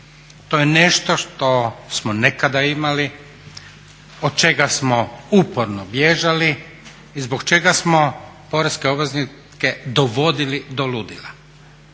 To je nešto što smo nekada imali, od čega smo uporno bježali i zbog čega smo poreske obveznike dovodili do ludila.